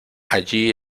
allí